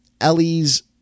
Ellie's